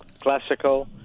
classical